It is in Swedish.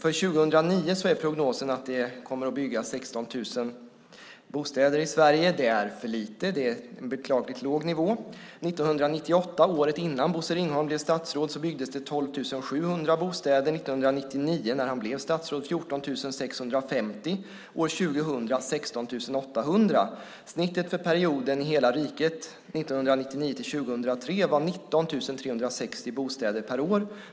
För 2009 är prognosen att det kommer att byggas 16 000 bostäder i Sverige. Det är för lite. Det är en beklagligt låg nivå. År 1998, året innan Bosse Ringholm blev statsråd, byggdes det 12 700 bostäder. År 1999, när han blev statsråd, 14 650. År 2000 byggdes det 16 800 bostäder. Snittet i hela riket för perioden 1999-2003 var 19 360 bostäder per år.